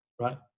right